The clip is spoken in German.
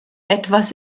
etwas